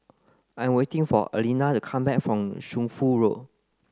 I'm waiting for Alina to come back from Shunfu Road